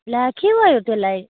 ला के भयो त्यसलाई